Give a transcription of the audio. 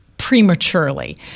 prematurely